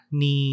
ni